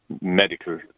medical